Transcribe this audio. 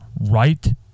right